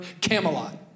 Camelot